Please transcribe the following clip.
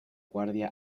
guardia